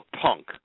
punk